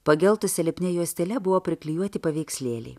pageltusia lipnia juostele buvo priklijuoti paveikslėliai